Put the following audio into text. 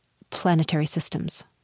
planetary systems.